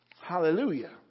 Hallelujah